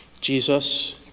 Jesus